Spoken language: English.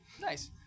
Nice